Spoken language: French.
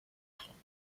fronts